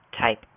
type